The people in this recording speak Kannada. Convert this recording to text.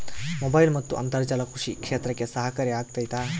ಮೊಬೈಲ್ ಮತ್ತು ಅಂತರ್ಜಾಲ ಕೃಷಿ ಕ್ಷೇತ್ರಕ್ಕೆ ಸಹಕಾರಿ ಆಗ್ತೈತಾ?